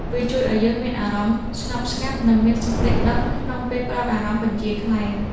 វាជួយឱ្យយើងមានអារម្មណ៍ស្ងប់ស្ងាត់ និងមានសតិដឹងក្នុងពេលផ្ដោតអារម្មណ៍បញ្ជាខ្លែង។